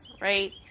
Right